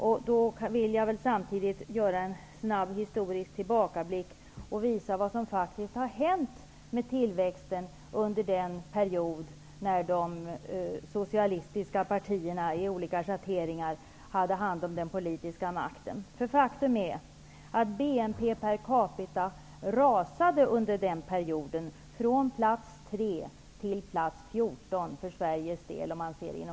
Jag vill samtidigt göra en snabb historisk tillbakablick och visa vad som faktiskt har hänt med tillväxten under den period då de socialistiska partierna i olika schatteringar hade hand om den politiska makten. Faktum är att BNP per capita rasade under den perioden. Sverige föll från plats 3 till plats 14 bland OECD-länderna.